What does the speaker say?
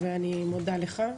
אני מודה לך.